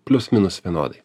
plius minus vienodai